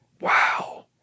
Wow